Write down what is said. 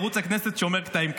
ערוץ הכנסת שומר קטעים כאלה,